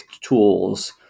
tools